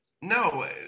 no